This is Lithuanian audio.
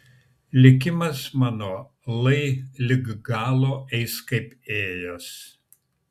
likimas mano lai lig galo eis kaip ėjęs